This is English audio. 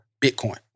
Bitcoin